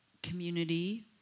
community